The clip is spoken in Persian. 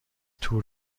تور